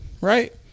right